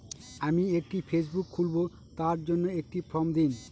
আমি একটি ফেসবুক খুলব তার জন্য একটি ফ্রম দিন?